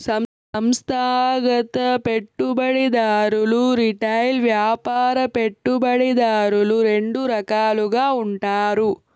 సంస్థాగత పెట్టుబడిదారులు రిటైల్ వ్యాపార పెట్టుబడిదారులని రెండు రకాలుగా ఉంటారు